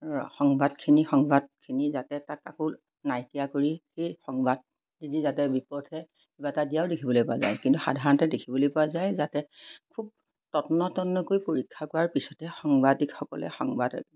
সংবাদখিনি সংবাদখিনি যাতে তাক আকৌ নাইকিয়া কৰি সেই সংবাদখিনি যাতে বিপথে কিবা এটা দিয়াও দেখিবলৈ পোৱা যায় কিন্তু সাধাৰণতে দেখিবলৈ পোৱা যায় যাতে খুব তন্ন তন্নকৈ পৰীক্ষা কৰাৰ পিছতহে সংবাদিকসকলে সংবাদ